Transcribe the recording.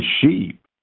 sheep